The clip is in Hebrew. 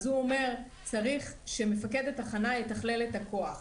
הוא אומר שצריך שמפקד התחנה יתכלל את הכוח,